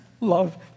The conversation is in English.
love